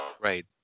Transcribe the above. Right